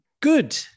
Good